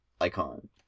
icon